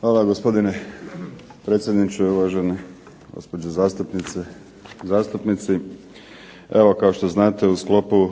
Hvala gospodine predsjedniče, uvažene gospođe zastupnice i zastupnici. Evo kao što znate u sklopu